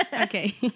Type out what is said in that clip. Okay